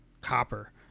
copper